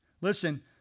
Listen